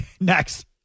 Next